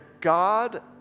God